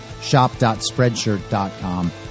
shop.spreadshirt.com